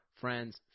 friends